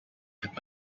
took